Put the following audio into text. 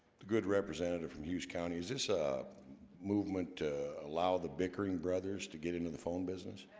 good representative from hughes county is this a movement allow the bickering brothers to get into the phone business